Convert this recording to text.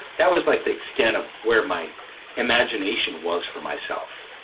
that was like the extent of where my imagination was for myself.